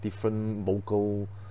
different vocal